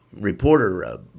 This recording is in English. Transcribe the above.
reporter